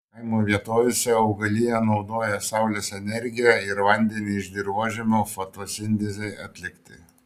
kaimo vietovėse augalija naudoja saulės energiją ir vandenį iš dirvožemio fotosintezei atlikti